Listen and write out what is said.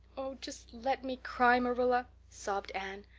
oh, just let me cry, marilla, sobbed anne.